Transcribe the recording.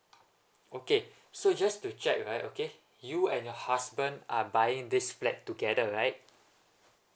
okay so just to check right okay you and your husband are buying this flat together right